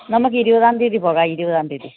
നമുക്ക് ഇരുപതാം തീയതി പോകാം ഇരുപതാം തീയതി